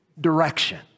direction